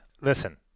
Listen